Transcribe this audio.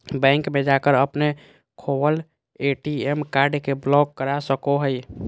bank में जाकर अपने खोवल ए.टी.एम कार्ड के ब्लॉक करा सको हइ